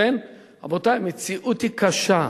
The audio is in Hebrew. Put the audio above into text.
רבותי, המציאות היא קשה.